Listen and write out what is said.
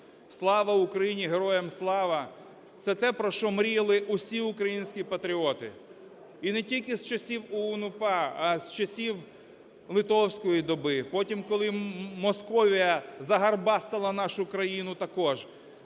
"Слава Україні" – "Героям слава" – це те, про що мріяли усі українські патріоти і не тільки з часів ОУН-УПА, а з часів литовської доби, потім, коли Московія заграбастала нашу країну, також.